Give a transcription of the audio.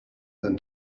than